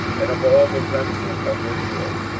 and of all the remnant of israel,